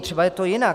Třeba je to jinak.